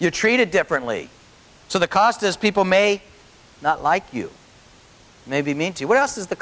you're treated differently so the cost is people may not like you may be mean to what else is the